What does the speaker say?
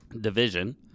division